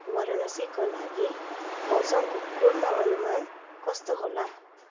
वारणासीका लागि मौसमको पूर्णअनुमान कस्तो होला